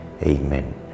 Amen